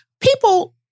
People